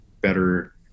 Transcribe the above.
better